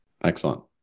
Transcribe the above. Excellent